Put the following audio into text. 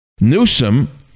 Newsom